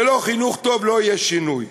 ללא חינוך טוב לא יהיה שינוי,